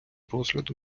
розгляду